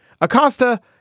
Acosta